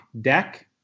deck